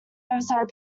oversized